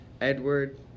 Edward